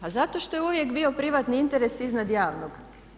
Pa zato što je uvijek bio privatni interes iznad javnog.